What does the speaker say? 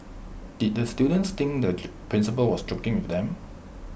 did the students think the principal was joking with them